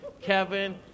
Kevin